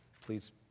Please